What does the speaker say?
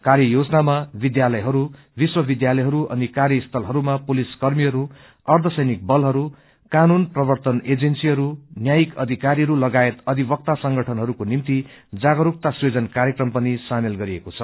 कार्ययोजनामा विध्यालयहरू विश्वविध्यालयहरू अनि कार्यस्थलहरूमा पुलिसकर्मीहरू अर्धसैनिक बलहरू कानून प्रर्वतन एजेन्सीहरू न्यायिक अधिकारीहरू लगायत अधिवक्ता संगठनहरूको निम्ति जागरूकता सृजन कार्यक्रम पनि सामेल गरिएको छ